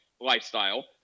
lifestyle